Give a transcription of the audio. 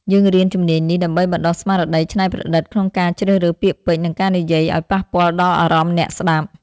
យើងរៀនជំនាញនេះដើម្បីបណ្ដុះស្មារតីច្នៃប្រឌិតក្នុងការជ្រើសរើសពាក្យពេចន៍ និងការនិយាយ ឱ្យប៉ះពាល់ដល់អារម្មណ៍អ្នកស្ដាប់។